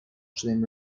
شدیم